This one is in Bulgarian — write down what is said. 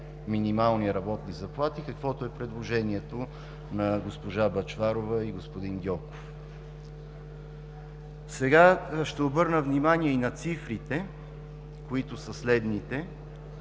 минимални работни заплати, каквото е предложението на госпожа Бъчварова и господин Гьоков. Ще обърна внимание и на цифрите. Към момента